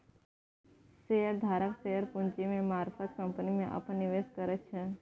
share धारक share पूंजी के मारफत कंपनी में अप्पन निवेश करै छै